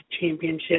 Championship